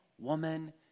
woman